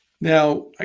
Now